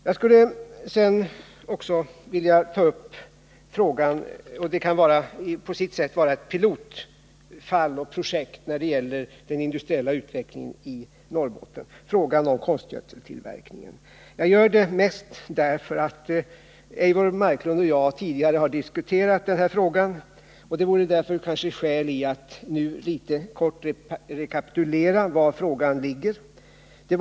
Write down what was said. Jag skulle sedan också vilja ta upp frågan om konstgödseltillverkning, som på sitt sätt kan vara ett pilotprojekt när det gäller den industriella utvecklingen i Norrbotten. Jag gör det mest därför att Eivor Marklund och jag tidigare diskuterat frågan. Det finns kanske därför skäl i att nu kort rekapitulera var frågan befinner sig.